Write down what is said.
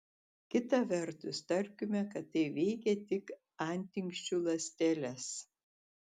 kita vertus tarkime kad tai veikia tik antinksčių ląsteles